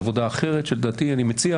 בעבודה אחרת שלדעתי אני מציע